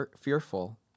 fearful